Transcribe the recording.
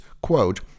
quote